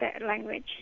language